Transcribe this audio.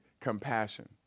compassion